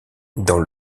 dans